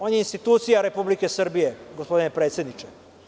On je institucija Republike Srbije, gospodine predsedniče.